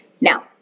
Now